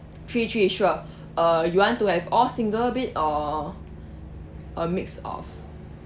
three three you sure uh you want to have all single bed or a mix of